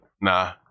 Nah